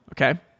okay